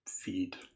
feed